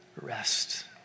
rest